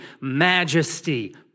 majesty